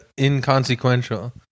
inconsequential